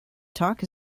talk